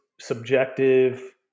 subjective